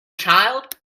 child